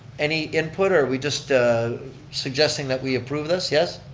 any input, or are we just ah suggesting that we approve this, yes?